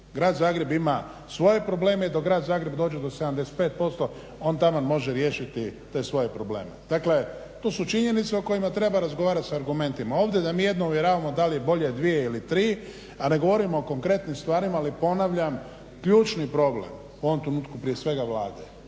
Grad Zagreb ima svoje probleme i dok grad Zagreb dođe do 75% on taman može riješiti te svoje probleme. Dakle, to su činjenice o kojima treba razgovarati sa argumentima. Ovdje da mi jedno uvjeravamo da li je bolje dvije ili tri, a ne govorimo o konkretnim stvarima. Ali ponavljam ključni problem u ovom trenutku prije svega Vlade